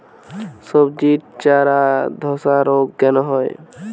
সবজির চারা ধ্বসা রোগ কেন হয়?